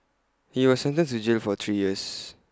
he was sentenced to jail for three years